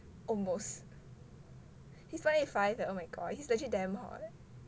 almost he is one eight five leh oh my god he's legit damn hot